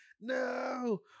no